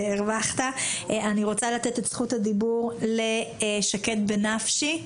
אני רוצה לתת את רשות הדיבור לשקד בנפשי,